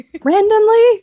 randomly